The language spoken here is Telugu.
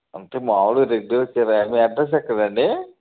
అంటే మామూలుగా రెగ్యూలర్ కిరాయే మీ అడ్రస్ ఎక్కడండి